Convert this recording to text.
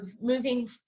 moving